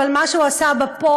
אבל מה שהוא עשה בפועל,